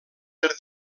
per